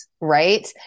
right